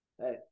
Hey